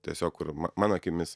tiesiog kur mano akimis